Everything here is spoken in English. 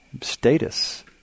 Status